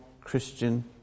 Christian